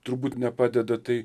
turbūt nepadeda tai